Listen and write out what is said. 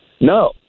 No